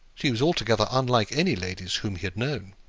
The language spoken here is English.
she was altogether unlike any ladies whom he had known.